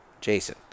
Jason